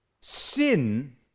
Sin